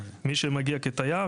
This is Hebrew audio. מי שמגיע כתייר,